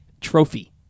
trophy